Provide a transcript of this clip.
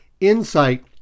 insight